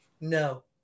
No